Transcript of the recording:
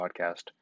podcast